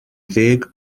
ddeg